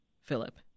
Philip